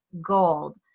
gold